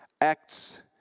Acts